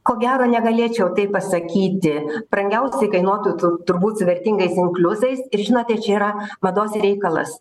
ko gero negalėčiau taip pasakyti brangiausiai kainuotų turbūt su vertingais inkliuzais ir žinote čia yra mados reikalas